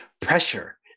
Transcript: Pressure